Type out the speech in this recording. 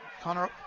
Connor